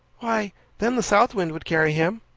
why then the south wind would carry him.